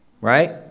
Right